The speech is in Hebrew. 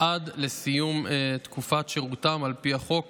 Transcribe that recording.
עד לסיום תקופת שירותם על פי החוק